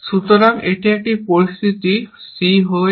সুতরাং এটি একটি পরিস্থিতি c হয় d